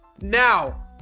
now